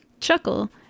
chuckle